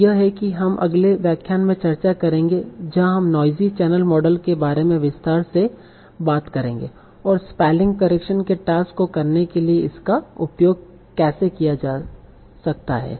तो यह है कि हम अगले व्याख्यान में चर्चा करेंगे जहां हम नोइज़ी चैनल मॉडल के बारे में विस्तार से बात करेंगे और स्पेलिंग करेक्शन के टास्क को करने के लिए इसका उपयोग कैसे किया जा सकता है